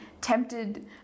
tempted